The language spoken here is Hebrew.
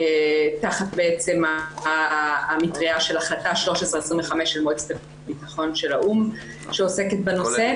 תחת המטריה של החלטה 1325 של מועצת הביטחון של האו"ם שעוסקת בנושא.